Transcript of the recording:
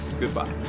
goodbye